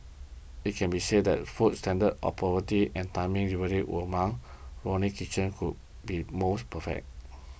it can be said that food standard affordability and timing delivery Ronnie Kitchen who be more perfect